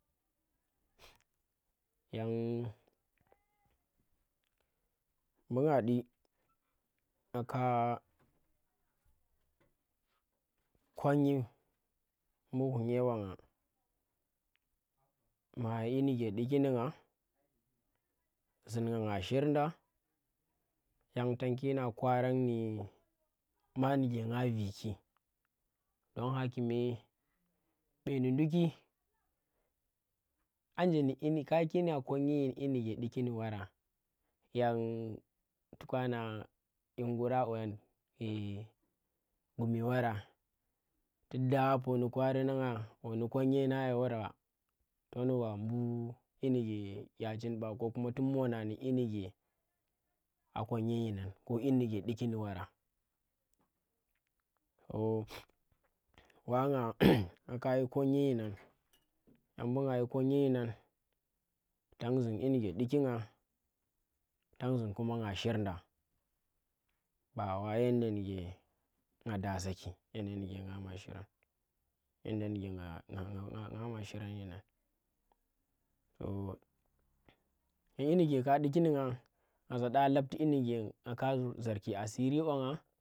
Yang mbu nga ndi, ngaka konyi mbu ghunye banga ma nde ndike duki nu̱ ngah, zun ngah shir ndah, yan tanki ngah kwarang ndi ma ndike ngah viki, don hakime ɓeni nduki, ajendi nyi ndi kakina konum yin ndi nike diki ndi wara. Yan toka nah jim gurr ba gume wara tu̱ daa poni kwari ngangan poni konnyi ngan ye wara, tona wa mbu yee nike dya chin ba, ko kuma tu mona nyi nike a konnyi nyi nang ko nyi nuke ndiki ndi wara. Wa ngah, ngakayi konnyi nyinan yan mbunga yi konnyi nyinan tan zun nyi mike duki ndi gna tan zung kuma nga shir nda. Ba wa yenda ndike nga dasaki yenda dyi nike nga ma shiran yenda ndike ngah shirrang chin dyi nike ka duki ndi ngan ngaza ɗaa lapti dyi ndike ngah ka za asiri banga.